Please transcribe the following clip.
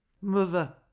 Mother